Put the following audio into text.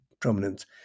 prominent